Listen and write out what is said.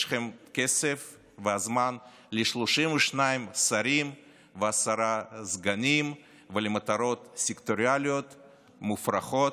יש לכם כסף וזמן ל-32 שרים ועשרה סגנים ולמטרות סקטוריאליות מופרכות,